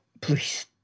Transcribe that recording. Please